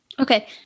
Okay